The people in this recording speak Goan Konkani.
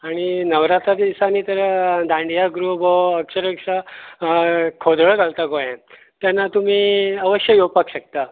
आनी नवरात्राच्या दिसांनी तर दांडिया ग्रुप हो अक्षरशा खोदत्रा घालतां गोंयांत तेन्ना तुमी अवश्य येवपाक शकतात